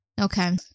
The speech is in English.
Okay